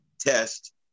test